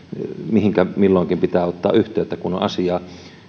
mihinkä milloinkin pitää ottaa yhteyttä kun on asiaa